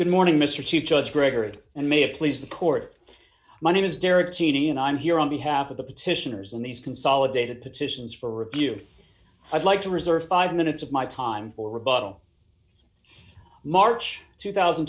good morning mister chief judge gregory and may it please the court my name is derek teenie and i'm here on behalf of the petitioners in these consolidated petitions for review i'd like to reserve five minutes of my time for rebuttal march two thousand